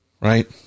right